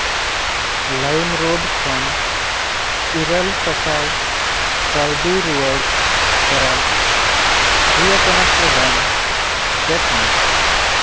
ᱞᱟᱭᱤᱢᱨᱳᱰ ᱠᱷᱚᱱ ᱤᱨᱟᱹᱞ ᱥᱟᱥᱟᱭ ᱠᱟᱹᱣᱰᱤ ᱨᱩᱣᱟᱹᱲ ᱦᱚᱨᱟ ᱦᱩᱭᱟᱠᱟᱱᱟ ᱥᱮ ᱵᱟᱝ ᱪᱮᱠ ᱢᱮ